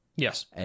Yes